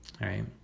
right